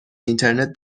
اینترنت